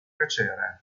piacere